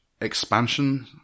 expansion